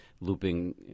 looping